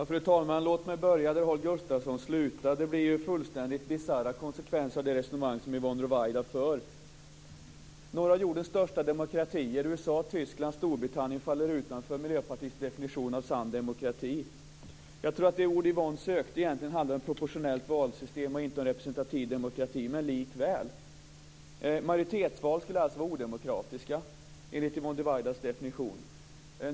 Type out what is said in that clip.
Fru talman! Låt mig börja där Holger Gustafsson slutade. Det blir ju fullständigt bisarra konsekvenser av det resonemang som Yvonne Ruwaida för. Några av jordens största demokratier, USA, Tyskland och Storbritannien, faller utanför Miljöpartiets definition av sann demokrati. Jag tror att de ord Yvonne Ruwaida egentligen sökte var proportionellt valsystem och inte representativ demokrati. Majoritetsval skulle alltså vara odemokratiska enligt Yvonne Ruwaidas definition.